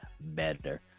better